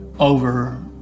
over